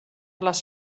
les